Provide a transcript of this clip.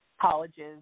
colleges